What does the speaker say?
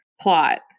plot